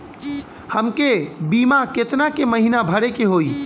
हमके बीमा केतना के महीना भरे के होई?